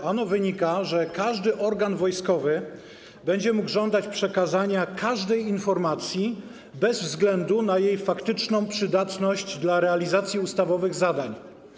Ano wynika, że każdy organ wojskowy będzie mógł żądać przekazania każdej informacji bez względu na jej faktyczną przydatność dla realizacji ustawowych zadań.